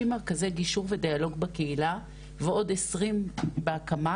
מרכזי גישור ודיאלוג בקהילה ועוד 20 בהקמה,